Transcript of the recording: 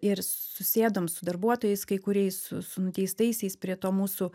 ir susėdom su darbuotojais kai kuriais su su nuteistaisiais prie to mūsų